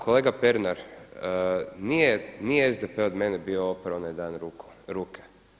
Kolega Pernar nije SDP od mene bio oprao onaj dan ruke.